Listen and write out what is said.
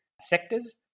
sectors